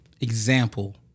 example